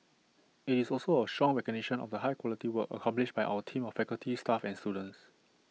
IT is also A strong recognition of the high quality work accomplished by our team of faculty staff and students